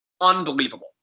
unbelievable